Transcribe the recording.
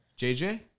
JJ